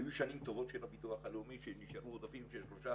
היו שנים טובות של הביטוח הלאומי שנשארו עודפים של 3,